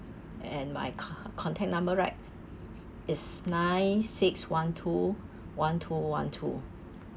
and my co~ contact number right is nine six one two one two one two